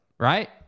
Right